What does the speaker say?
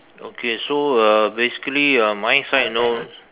okay so uh basically uh my side no